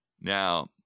Now